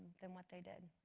than what they did.